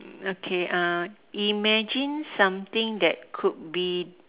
okay uh imagine something that could be